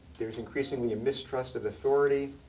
there's increasingly a mistrust of authority.